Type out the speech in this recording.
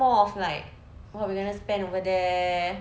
it's more of like what we gonna spend over there